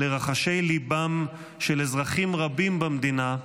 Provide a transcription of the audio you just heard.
לרחשי ליבם של אזרחים רבים במדינה,